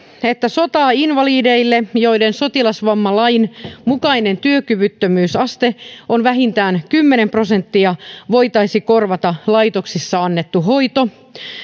että sotainvalideille joiden sotilasvammalain mukainen työkyvyttömyysaste on vähintään kymmenen prosenttia voitaisiin korvata laitoksessa annettu hoito